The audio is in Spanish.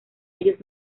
ellos